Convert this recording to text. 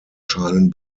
scheinen